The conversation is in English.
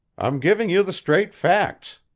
i'm giving you the straight facts,